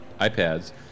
iPads